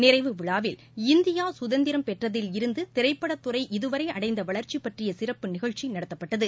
நிறைவு விழாவில் இந்தியா சுதந்திரம் பெற்றதில் இருந்து திரைப்படத்துறை இதுவரை அடைந்த வளர்ச்சி பற்றிய சிறப்பு நிகழ்ச்சி நடத்தப்பட்டது